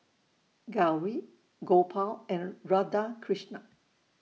Gauri Gopal and Radhakrishnan